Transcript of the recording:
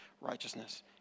righteousness